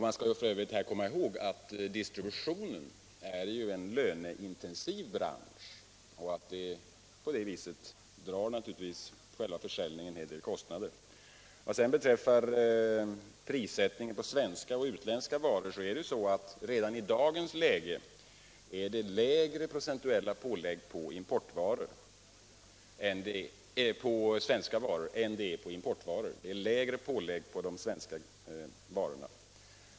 Man skall f. ö. här komma ihåg att distributionen är en löneintensiv bransch och att själva försäljningen därför drar med sig en hel del kostnader. Vad sedan beträffar prissättningen på svenska och utländska varor är det redan i dagens läge mindre procentuella pålägg på svenska varor än på importvaror.